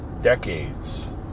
decades